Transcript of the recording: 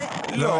לא,